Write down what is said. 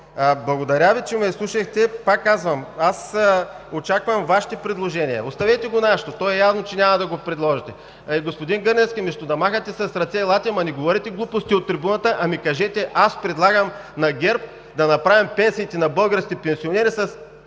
Благодаря Ви, че ме изслушахте. Пак казвам – очаквам Вашите предложения. Оставете го нашето. То е явно, че няма да го приемете. Господин Гърневски, вместо да махате с ръце, елате, но не говорете глупости от трибуната, а ми кажете: аз предлагам на ГЕРБ да направим пенсиите на българските пенсионери с